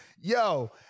Yo